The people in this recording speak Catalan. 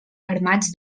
armats